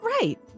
right